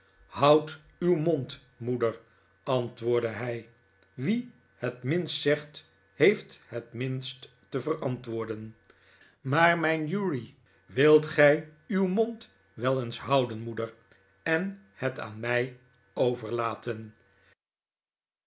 houd uw mond moeder antwoordde hij wie net minst zegt heeft het minst te verantwoorden maar mijn uri wilt gij uw mond wel eens houden moeder en het aan mij overlaten